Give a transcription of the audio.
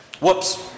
whoops